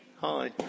Hi